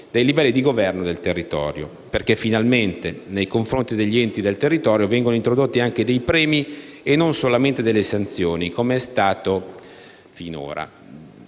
dei livelli di governo del territorio, perché, finalmente, nei confronti degli enti del territorio vengono introdotti anche dei premi e non solamente delle sanzioni, come è stato finora,